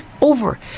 over